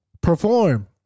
perform